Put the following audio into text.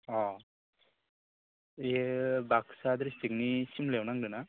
अ बियो बाक्सा ड्रिसट्रिक्टनि सिमलायाव नांदोंना